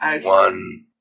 One